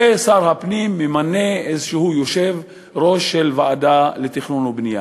ושר הפנים ממנה איזשהו יושב-ראש של ועדה לתכנון ובנייה.